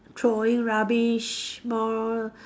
throwing rubbish more